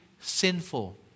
sinful